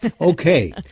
Okay